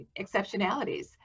exceptionalities